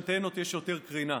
העירייה כבר הפנימה.